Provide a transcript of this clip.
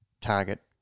target